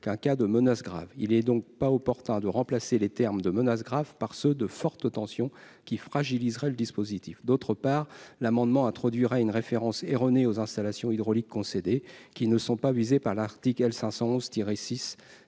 qu'un cas de menace grave, il est donc pas opportun de remplacer les termes de menace grave par ceux de fortes tensions qui fragiliserait le dispositif d'autre part, l'amendement introduira une référence erronée aux installations hydrauliques qui ne sont pas visés par l'Arctique elle